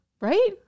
Right